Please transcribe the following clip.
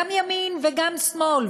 גם ימין וגם שמאל,